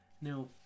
now